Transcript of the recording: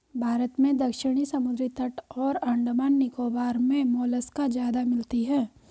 भारत में दक्षिणी समुद्री तट और अंडमान निकोबार मे मोलस्का ज्यादा मिलती है